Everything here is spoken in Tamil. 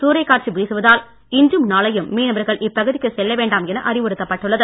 சூறைக்காற்று வீசுவதால் இன்றும் நாளையும் மீனவர்கள் இப்பகுதிக்கு செல்ல வேண்டாம் என அறிவுறுத்தப்பட்டுள்ளது